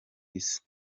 isi